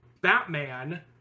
batman